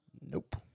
Nope